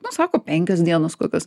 nu sako penkios dienos kokios